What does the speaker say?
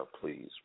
please